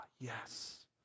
yes